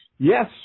Yes